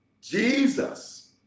Jesus